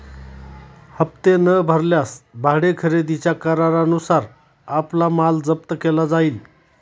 हप्ते न भरल्यास भाडे खरेदीच्या करारानुसार आपला माल जप्त केला जाईल